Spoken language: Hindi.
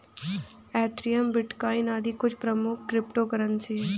एथेरियम, बिटकॉइन आदि कुछ प्रमुख क्रिप्टो करेंसी है